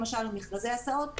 למשל במכרזי הסעות,